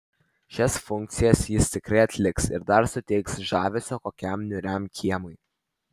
šias funkcijas jis tikrai atliks ir dar suteiks žavesio kokiam niūriam kiemui